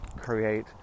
create